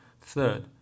Third